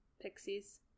pixies